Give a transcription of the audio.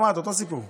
גם את, אותו סיפור.